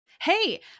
Hey